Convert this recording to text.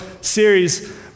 series